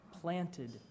Planted